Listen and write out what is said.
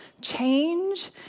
change